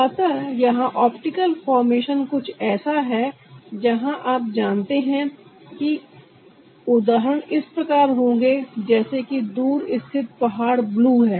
अतः यहां optical formation कुछ ऐसा है जहां आप जानते हैं कि उदाहरण इस प्रकार होंगे जैसे कि दूर स्थित पहाड़ ब्लू है